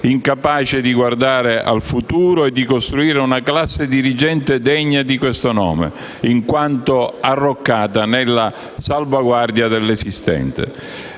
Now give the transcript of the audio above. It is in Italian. incapace di guardare al futuro e di costruire una classe dirigente degna di questo nome, in quanto arroccata nella salvaguardia dell'esistente.